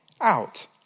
out